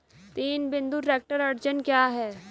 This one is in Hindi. तीन बिंदु ट्रैक्टर अड़चन क्या है?